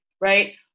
right